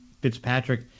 Fitzpatrick